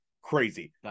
crazy